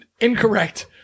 Incorrect